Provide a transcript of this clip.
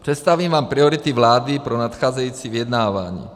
Představím vám priority vlády pro nadcházející vyjednávání.